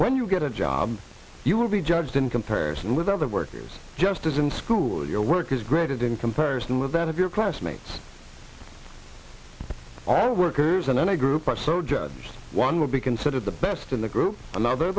when you get a job you will be judged in comparison with other workers just as in school your work is graded in comparison with that of your classmates all workers in a group are so judged one will be considered the best in the group another